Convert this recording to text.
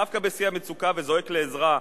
דווקא כשהוא בשיא המצוקה וזועק לעזרה,